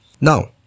Now